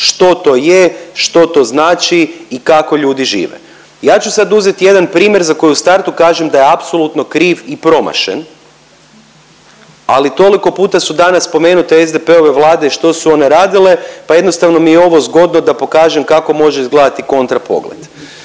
što to je, što to znači i kako ljudi žive. Ja ću sad uzet jedan primjer za koji u startu kažem da je apsolutno kriv i promašen, ali toliko puta su danas spomenute SDP-ve Vlade i što su one radile, pa jednostavno mi je ovo zgodno da pokažem kako može izgledati kontra pogled.